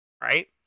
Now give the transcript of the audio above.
Right